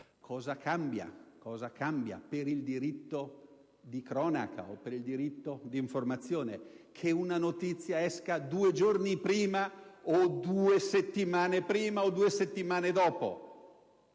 cosa cambia per il diritto di cronaca e per il diritto di informazione se una notizia esce due giorni prima o due settimane prima oppure due settimane dopo?